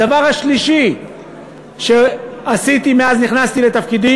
הדבר השלישי שעשיתי מאז נכנסתי לתפקידי